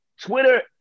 Twitter